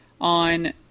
on